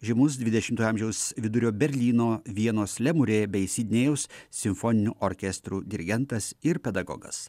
žymus dvidešimtojo amžiaus vidurio berlyno vienos lemure bei sidnėjaus simfoninių orkestrų dirigentas ir pedagogas